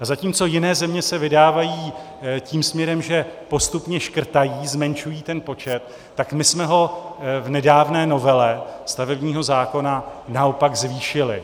A zatímco jiné země se vydávají tím směrem, že postupně škrtají, zmenšují ten počet, tak my jsme ho v nedávné novele stavebního zákona naopak zvýšili.